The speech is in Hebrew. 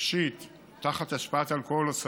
משיט תחת השפעת אלכוהול או סמים,